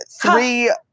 three